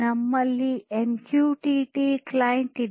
ನಮ್ಮಲ್ಲಿ MQTT client ಇದೆ